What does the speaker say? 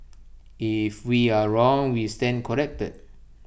if we are wrong we stand corrected